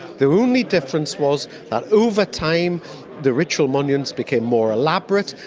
the only difference was that over time the ritual monuments became more elaborate,